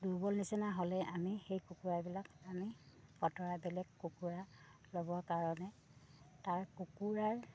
দুৰ্বল নিচিনা হ'লে আমি সেই কুকুৰাবিলাক আমি আঁতৰাই বেলেগ কুকুৰা ল'বৰ কাৰণে তাৰ কুকুৰাৰ